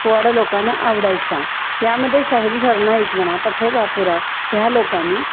पोवाडा लोकांना आवडायचा यामध्ये शाहीर सरनाईक म्हणा पठ्ठे बापुराव ह्या लोकांनी